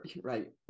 right